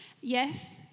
Yes